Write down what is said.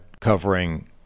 covering